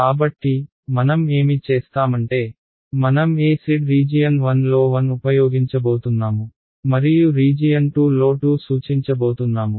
కాబట్టి మనం ఏమి చేస్తామంటే మనం Ez రీజియన్ 1 లో 1 ఉపయోగించబోతున్నాము మరియు రీజియన్ 2 లో 2సూచించబోతున్నాము